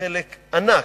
מחלק ענק,